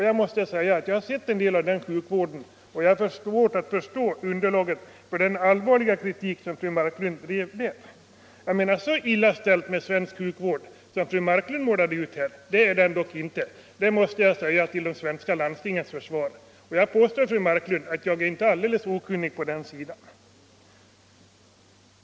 Jag har emellertid sett en del av sjukvården i detta län och har svårt att förstå att fru Marklund kan ha underlag för sin allvarliga kritik. Så illa ställt är det ändå inte med svensk sjukvård som fru Marklund målar ut det. Det måste jag säga till de svenska landstingens försvar, och jag påstår, fru Marklund, att jag inte är alldeles okunnig på det här området.